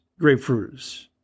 Grapefruits